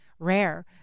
rare